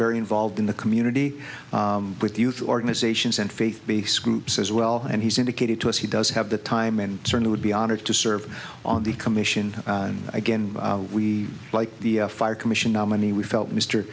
very involved in the community with youth organizations and faith based groups as well and he's indicated to us he does have the time and certainly would be honored to serve on the commission again we like the fire commissioner how many we felt m